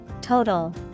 Total